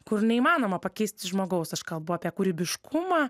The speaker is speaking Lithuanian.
kur neįmanoma pakeisti žmogaus aš kalbu apie kūrybiškumą